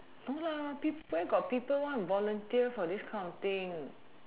no lah peo~ where got people want to volunteer for this kind of thing